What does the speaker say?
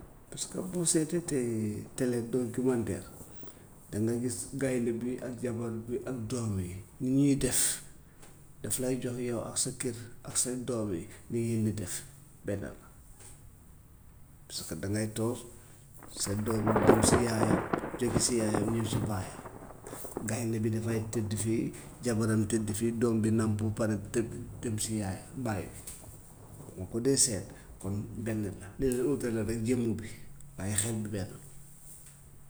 Parce que boo seetatee télé documentaire danga gis gaynde bi ak jabar bi ak doom yi nu ñuy def daf lay jox yow ak sa kër ak seen doom yi ni ngeen di def benn la. Parce que dangay toog sa doom yi dem si yaayam jóge si yaayam ñëw si baayam, gaynde bi dafay tëdd fii jabaram tëdd fii doom bi nàmpu pare tëb tëb si yaayam baayam dama ko dee seet kon benn la li leen utale rek jëmm bi waaye xel bi benn la.